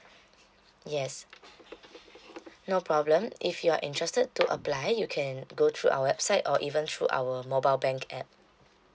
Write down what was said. yes no problem if you are interested to apply you can go through our website or even through our mobile bank app